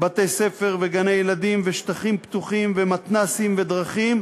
בתי-ספר וגני-ילדים ושטחים פתוחים ומתנ"סים ודרכים,